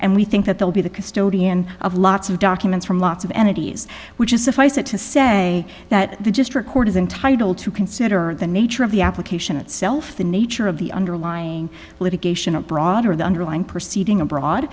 and we think that they'll be the custodian of lots of documents from lots of entities which is suffice it to say that the just record is entitled to consider the nature of the application itself the nature of the underlying litigation a broader the underlying proceeding abroad